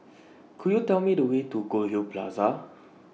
Could YOU Tell Me The Way to Goldhill Plaza